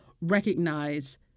recognize